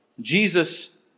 Jesus